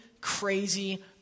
crazy